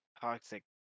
toxic